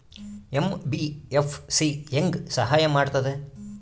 MBFC ಹೆಂಗ್ ಸಹಾಯ ಮಾಡ್ತದ?